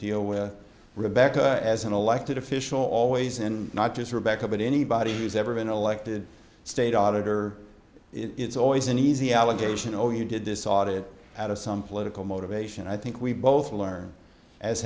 deal with rebecca as an elected official always in not just rebecca but anybody who's ever been elected state auditor it's always an easy allegation oh you did this audit out of some political motivation i think we both learned as